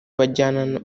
banjyana